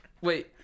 Wait